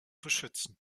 beschützen